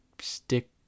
stick